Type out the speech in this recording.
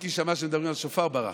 מיקי שמע שמדברים על שופר, ברח,